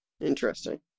Interesting